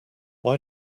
why